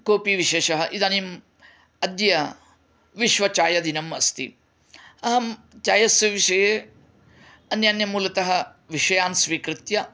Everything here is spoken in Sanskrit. कोपि विशेषः इदानीम् अद्य विश्वचायदिनम् अस्ति अहं चायस्य विषये अन्यान्य मूलतः विषयान् स्वीकृत्य